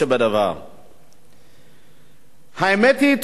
האמת היא שתושבי תל-אביב או אילת או ערד